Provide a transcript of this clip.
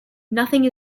nothing